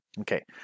okay